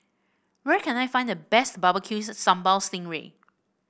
where can I find the best bbq Sambal Sting Ray